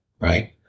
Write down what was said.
right